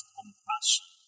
compassion